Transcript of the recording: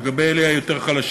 לגבי אלה שהם חלשים יותר,